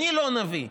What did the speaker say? אני לא נביא.